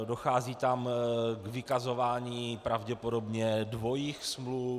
Dochází tam k vykazování pravděpodobně dvojích smluv.